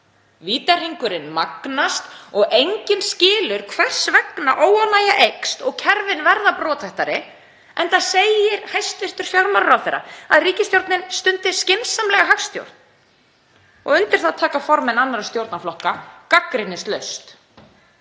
Vítahringurinn magnast og enginn skilur hvers vegna óánægja eykst og kerfin verða brothættari, enda segir hæstv. fjármálaráðherra að ríkisstjórnin stundi skynsamlega hagstjórn og undir það taka formenn annarra stjórnarflokka gagnrýnislaust.